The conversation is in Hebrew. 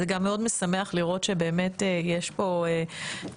זה גם מאוד משמח לראות שבאמת יש פה הפרדה.